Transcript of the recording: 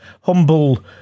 humble